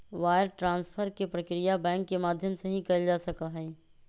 wire transfer के प्रक्रिया bank के माध्यम से ही कइल जा सका हई